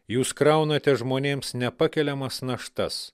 jūs kraunate žmonėms nepakeliamas naštas